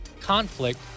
conflict